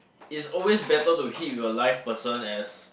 is always better to hit with a live person as